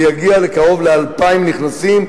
זה יגיע לקרוב ל-2,000 נכנסים.